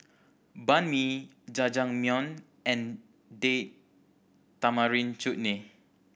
Banh Mi Jajangmyeon and Date Tamarind Chutney